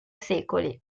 secoli